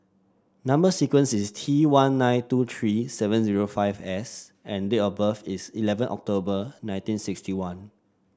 number sequence is T one nine two three seven zero five S and date of birth is eleven October nineteen sixty one